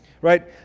Right